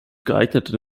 geeignete